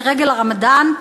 לרגל הרמדאן,